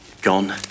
gone